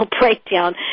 breakdown